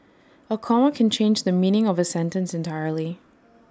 A comma can change the meaning of A sentence entirely